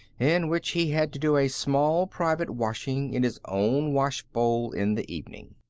in which he had to do a small private washing in his own wash-bowl in the evening.